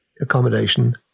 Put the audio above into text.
accommodation